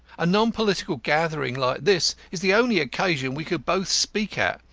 a non-political gathering like this is the only occasion we could both speak at,